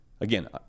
Again